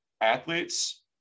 athletes